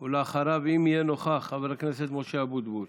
אחריו, אם יהיה נוכח, חבר הכנסת משה אבוטבול.